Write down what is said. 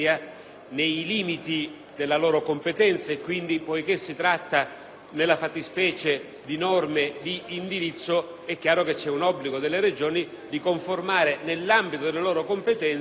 nei limiti della loro competenza e quindi, poiché si tratta, nella fattispecie, di norme di indirizzo, è chiaro che c'è un obbligo delle Regioni a conformare, nell'ambito delle loro competenze,